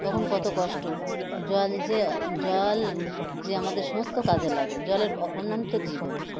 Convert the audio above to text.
তখন কত কষ্ট জল যে জল যে আমাদের সমস্ত কাজে লাগে জলের অপর নামই তো জীবন